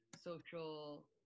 social